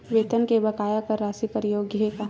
वेतन के बकाया कर राशि कर योग्य हे का?